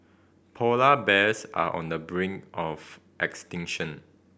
polar bears are on the brink of extinction